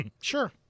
sure